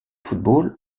football